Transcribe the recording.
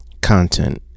content